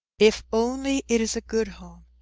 if only it is a good home.